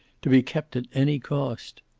to be kept at any cost.